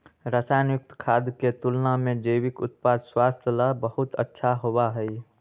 रसायन युक्त खाद्य के तुलना में जैविक उत्पाद स्वास्थ्य ला बहुत अच्छा होबा हई